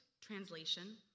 translation